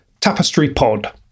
tapestrypod